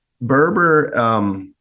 Berber –